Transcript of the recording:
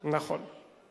נכון.